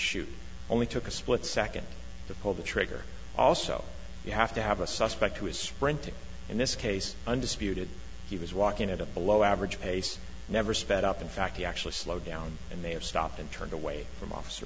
shoot only took a split second the pulled the trigger also you have to have a suspect who is sprinting in this case undisputed he was walking at a below average pace never sped up in fact he actually slowed down and they have stopped and turned away from officer